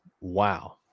wow